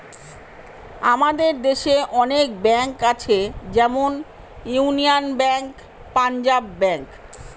আমাদের দেশে অনেক ব্যাঙ্ক আছে যেমন ইউনিয়ান ব্যাঙ্ক, পাঞ্জাব ব্যাঙ্ক